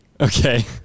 Okay